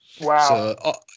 Wow